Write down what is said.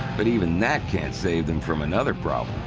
but even that can't save them from another problem.